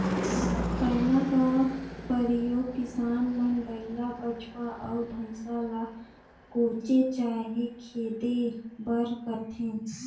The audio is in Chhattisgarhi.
पैना का परियोग किसान मन बइला, बछवा, अउ भइसा ल कोचे चहे खेदे बर करथे